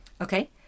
Okay